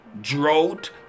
drought